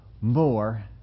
more